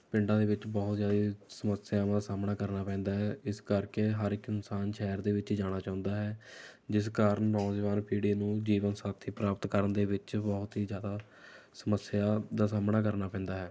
ਪਿੰਡਾਂ ਦੇ ਵਿੱਚ ਬਹੁਤ ਜ਼ਿਆਦੇ ਸਮੱਸਿਆਵਾਂ ਸਾਹਮਣਾ ਕਰਨਾ ਪੈਂਦਾ ਹੈ ਇਸ ਕਰਕੇ ਹਰ ਇੱਕ ਇਨਸਾਨ ਸ਼ਹਿਰ ਦੇ ਵਿੱਚ ਜਾਣਾ ਚਾਹੁੰਦਾ ਹੈ ਜਿਸ ਕਾਰਨ ਨੌਜਵਾਨ ਪੀੜ੍ਹੀ ਨੂੰ ਜੀਵਨ ਸਾਥੀ ਪ੍ਰਾਪਤ ਕਰਨ ਦੇ ਵਿੱਚ ਬਹੁਤ ਹੀ ਜ਼ਿਆਦਾ ਸਮੱਸਿਆ ਦਾ ਸਾਹਮਣਾ ਕਰਨਾ ਪੈਂਦਾ ਹੈ